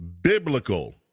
Biblical